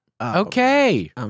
Okay